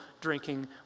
drinking